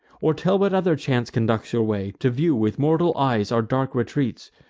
or tell what other chance conducts your way, to view with mortal eyes our dark retreats,